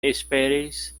esperis